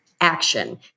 action